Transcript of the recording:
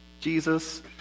Jesus